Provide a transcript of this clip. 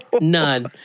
none